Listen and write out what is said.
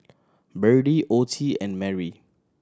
Berdie Ottie and Merry